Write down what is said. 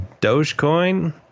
Dogecoin